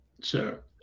sir